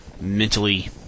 mentally